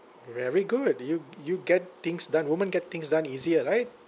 very good you you get things done women get things done easier right